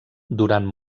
durant